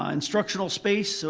ah instructional space, so